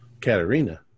Katerina